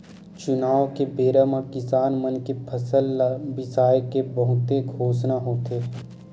चुनाव के बेरा म किसान मन के फसल ल बिसाए के बहुते घोसना होथे